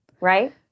Right